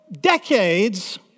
decades